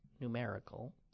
numerical